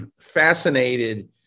fascinated